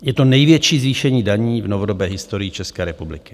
Je to největší zvýšení daní v novodobé historii České republiky.